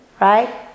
right